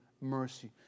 mercy